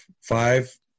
five